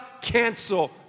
cancel